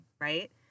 right